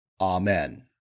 Amen